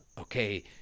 okay